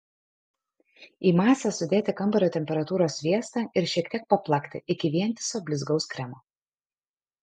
į masę sudėti kambario temperatūros sviestą ir šiek tiek paplakti iki vientiso blizgaus kremo